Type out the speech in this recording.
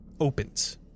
opens